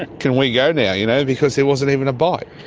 can we go now? you know because there wasn't even a bite.